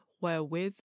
Wherewith